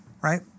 Right